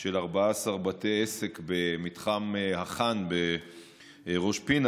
של 14 בתי עסק במתחם החאן בראש פינה,